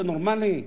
זה נורמלי?